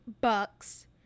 bucks